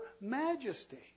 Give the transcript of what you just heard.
majesty